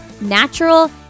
natural